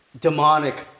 demonic